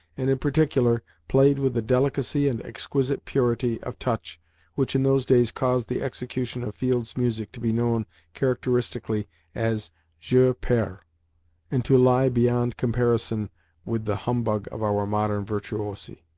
and, in particular, played with the delicacy and exquisite purity of touch which in those days caused the execution of field's music to be known characteristically as jeu perle and to lie beyond comparison with the humbug of our modern virtuosi.